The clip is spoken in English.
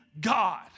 God